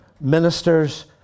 ministers